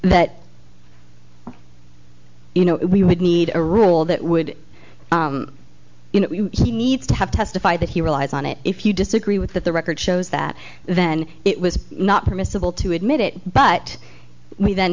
that you know we would need a rule that would you know he needs to have testify that he relies on it if you disagree with that the record shows that then it was not permissible to admit it but we then